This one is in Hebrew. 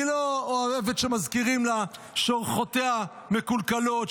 היא לא אוהבת שמזכירים לה שאורחותיה מקולקלות,